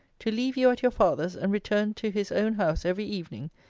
to leave you at your father's, and return to his own house every evening,